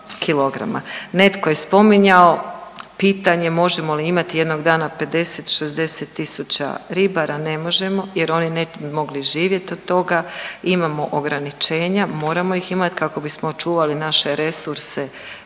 kg. Netko je spominjao pitanje možemo li imati jednog dana 50, 60 000 ribara? Ne možemo, jer oni ne bi mogli živjet od toga. Imamo ograničenja, moramo ih imati kako bismo očuvali naše resurse